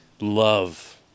love